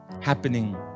happening